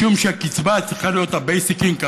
משום שהקצבה צריכה להיות ה-basic income.